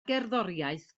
gerddoriaeth